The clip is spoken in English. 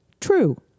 true